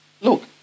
look